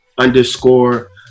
underscore